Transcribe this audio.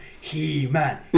He-Man